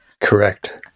Correct